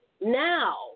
now